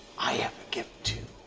i have a gift too.